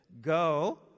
Go